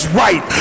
right